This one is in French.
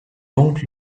donc